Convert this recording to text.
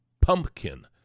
pumpkin